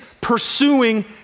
pursuing